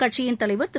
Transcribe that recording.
கட்சியின் தலைவர் திரு